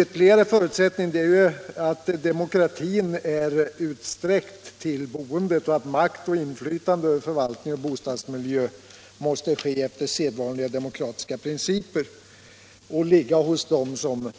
Ytterligare en förutsättning är att demokratin är utsträckt till boendet, dvs. att makt och inflytande över förvaltning och bostadsmiljö utövas efter sedvanliga demokratiska principer och ligger hos dem som